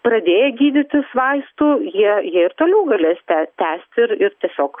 pradėję gydytis vaistu jie jie ir toliau galės te tęsti ir ir tiesiog